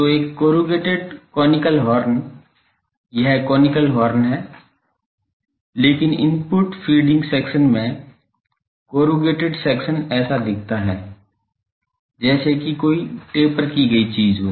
तो एक corrugated conical horn है यह कोनिकल है लेकिन इनपुट फीडिंग सेक्शन में कोरूगेटेड सेक्शन ऐसा दिखता है जैसे कि कोई टेपर की गई चीज हो